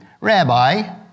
Rabbi